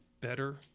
better